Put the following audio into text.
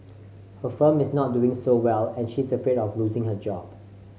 her firm is not doing so well and she is afraid of losing her job